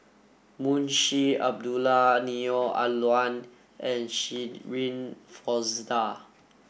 Munshi Abdullah Neo Ah Luan and Shirin Fozdar